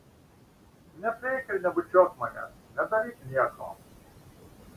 neprieik ir nebučiuok manęs nedaryk nieko